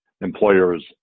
employers